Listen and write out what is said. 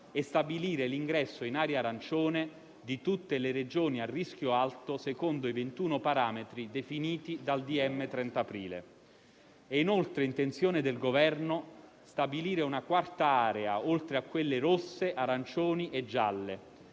e stabilire l'ingresso in area arancione di tutte le Regioni a rischio alto, secondo i 21 parametri definiti dal decreto ministeriale del 30 aprile. È inoltre intenzione del Governo stabilire una quarta area, oltre a quelle rosse, arancioni e gialle: